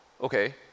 okay